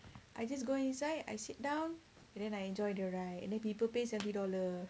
I just go inside I sit down and then I enjoy the ride and then people pay seventy dollar